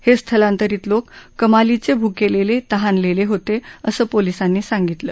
हे स्थलांतरित लोक कमालीचे भुकेलेले तहानलेले होते असं पोलिसांनी सांगितलं